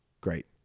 Great